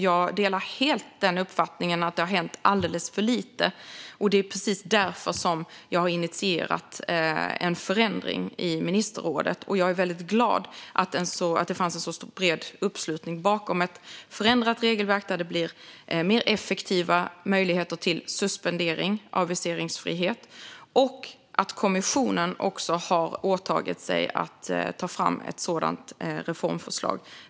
Jag delar helt uppfattningen att det har hänt alldeles för lite, och det är precis därför jag har initierat en förändring i ministerrådet. Jag är glad att det fanns en bred uppslutning bakom ett förändrat regelverk med mer effektiva möjligheter till suspendering av viseringsfrihet och att kommissionen har åtagit sig att ta fram ett sådant reformförslag.